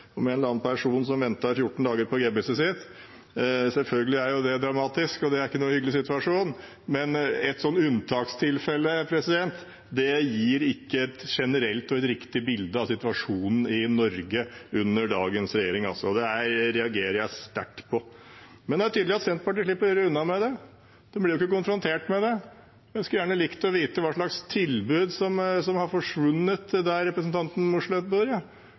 eller annen person som ventet i 14 dager på gebisset sitt. Selvfølgelig er det dramatisk, det er ikke noen hyggelig situasjon, men et sånt unntakstilfelle gir ikke et generelt og riktig bilde av situasjonen i Norge under dagens regjering. Det reagerer jeg sterkt på. Det er tydelig at Senterpartiet slipper unna med det. De blir ikke konfrontert med det. Jeg skulle gjerne likt å vite hva slags tilbud som har forsvunnet der representanten Mossleth bor.